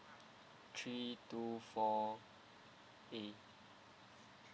three two four A